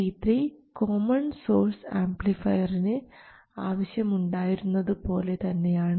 C3 common source ആംപ്ലിഫയറിന് ആവശ്യം ഉണ്ടായിരുന്നത് പോലെ തന്നെയാണ്